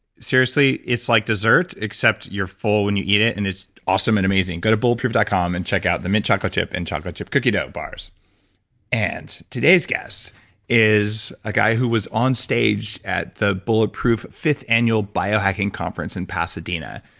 seriously it's like dessert except you're full when you eat it, and it's awesome and amazing. go to bulletproff dot com and check out the mint chocolate chip and chocolate chip cookie dough bars today's guest is a guy who was on stage at the bulletproof fifth annual bio hacking conference in pasadena.